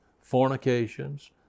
fornications